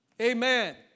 Amen